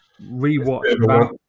rewatch